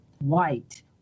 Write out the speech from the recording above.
white